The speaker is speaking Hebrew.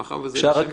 אם אפשר,